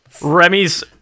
Remy's